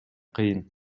кыйын